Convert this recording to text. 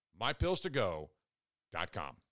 MyPillsToGo.com